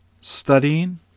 studying